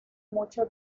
mucho